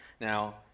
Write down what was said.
Now